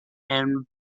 and